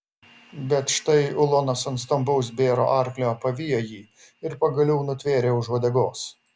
bet štai ulonas ant stambaus bėro arklio pavijo jį ir pagaliau nutvėrė už uodegos